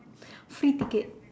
free ticket